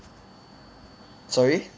sorry